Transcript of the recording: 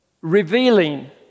revealing